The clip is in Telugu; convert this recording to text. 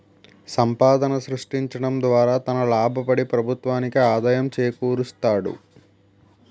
సంపాదన సృష్టించడం ద్వారా తన లాభపడి ప్రభుత్వానికి ఆదాయం చేకూరుస్తాడు